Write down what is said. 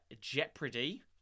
jeopardy